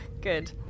Good